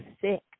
sick